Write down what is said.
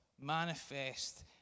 manifest